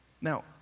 Now